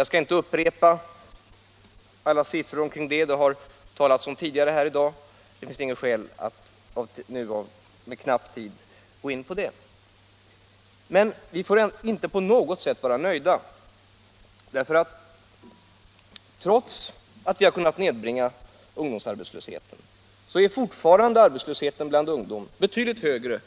Jag skall inte upprepa alla siffror omkring det — dem har det redogjorts för tidigare i dag, och det finns därför inget skäl att på den knappa tiden nu gå in på det igen. Men vi får inte på något sätt nöja oss med vad vi har åstadkommit. Trots att vi har kunnat nedbringa ungdomsarbetslösheten är nämligen arbetslösheten bland ungdom fortfarande betydligt högre